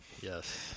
yes